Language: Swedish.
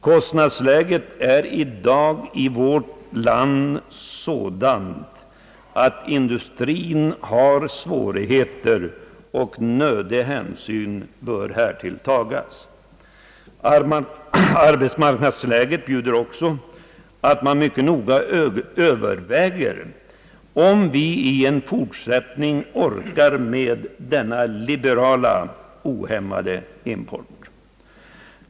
Kostnadsläget är i dag i vårt land sådant att industrien har svårigheter, och nödig hänsyn härtill bör tas. Arbetsmarknadsläget innebär också att man mycket noga bör överväga, om vi i fortsättningen orkar med denna liberala ohämmade import.